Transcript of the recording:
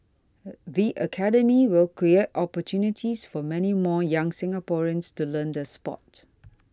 the Academy will create opportunities for many more young Singaporeans to learn the sport